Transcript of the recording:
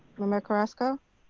member carrasco?